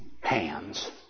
hands